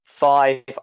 Five